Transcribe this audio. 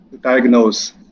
diagnose